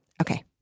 Okay